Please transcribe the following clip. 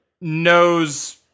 knows